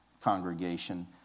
congregation